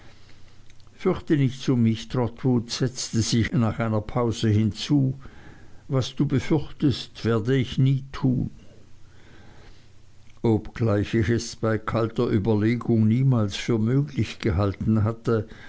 fürchte nichts um mich trotwood setzte sie nach einer pause hinzu was du befürchtest werde ich nie tun obgleich ich es bei kalter überlegung niemals für möglich gehalten hatte